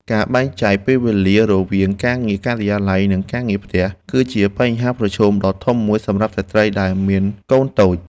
ការបែងចែកពេលវេលារវាងការងារការិយាល័យនិងការងារផ្ទះ គឺជាបញ្ហាប្រឈមដ៏ធំមួយសម្រាប់ស្ត្រីដែលមានកូនតូច។